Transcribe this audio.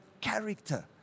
character